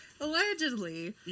allegedly